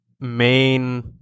main